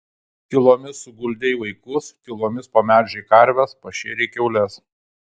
tylomis suguldei vaikus tylomis pamelžei karves pašėrei kiaules